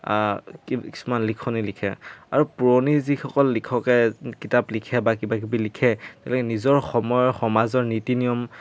কিছুমান লিখনি লিখে আৰু পুৰণি যিসকল লিখকে কিতাপ লিখে বা কিবাকিবি লিখে তেওঁ নিজৰ সময়ৰ সমাজৰ নীতি নিয়ম